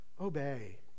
obey